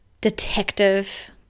detective